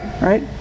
right